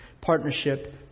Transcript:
partnership